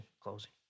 closing